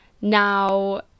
now